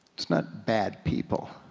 it's not bad people,